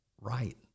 right